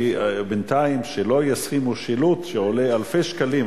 בינתיים שלא ישימו שילוט שעולה אלפי שקלים.